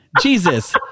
Jesus